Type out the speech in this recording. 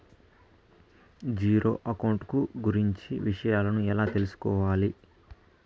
Zero account కు గురించి విషయాలను ఎలా తెలుసుకోవాలి?